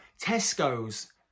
Tesco's